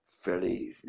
fairly